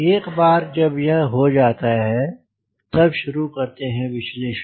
एक बार जब यह हो जाता है तब शुरू करते हैं विश्लेषण